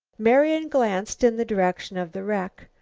marian glanced in the direction of the wreck.